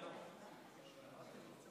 כנסת נכבדה, איזו